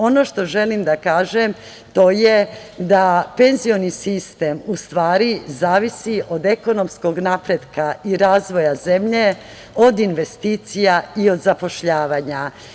Ono što želim da kažem, to je da penzioni sistem u stvari zavisi od ekonomskog napretka i razvoja zemlje, od investicija i od zapošljavanja.